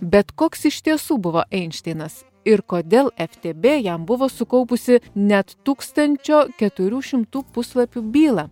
bet koks iš tiesų buvo einšteinas ir kodėl ef te bė jam buvo sukaupusi net tūkstančio keturių šimtų puslapių bylą